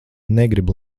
negrib